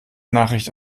nachricht